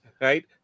Right